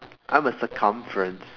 I'm a circumference